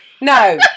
No